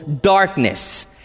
darkness